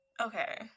Okay